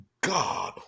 God